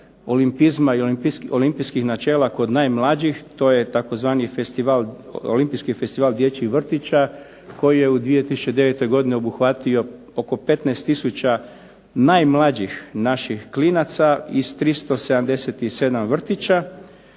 olimpizma i olimpijskih načela kod najmlađih to je tzv. Olimpijski festival dječjih vrtića koji je u 2009. godini obuhvatio oko 15 tisuća najmlađih naših klinaca iz 337 vrtića.